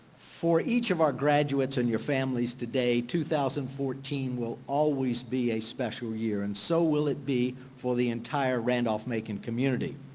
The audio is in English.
for each of our graduates and your families today, two thousand and fourteen will always be a special year and so will it be for the entire randolph-macon community.